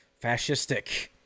fascistic